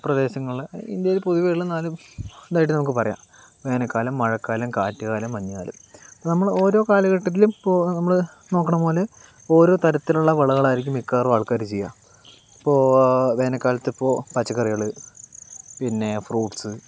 പ്രദേശങ്ങളില് ഇന്ത്യയില് പൊതുവേയുള്ള നാല് ഇതായിട്ട് നമുക്ക് പറയാം വേനൽക്കാലം മഴക്കാലം കാറ്റുകാലം മഞ്ഞുകാലം നമ്മൾ ഓരോ കാലഘട്ടത്തിലും ഇപ്പോൾ നമ്മള് നോക്കണ പോലെ ഓരോ തരത്തിലുള്ള വിളകളായിരിക്കും മിക്കവാറും ആൾക്കാര് ചെയ്യുക ഇപ്പോൾ വേനൽക്കാലത്ത് ഇപ്പോൾ പച്ചക്കറികൾ പിന്നെ ഫ്രൂട്ട്സ്